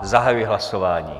Zahajuji hlasování.